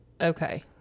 okay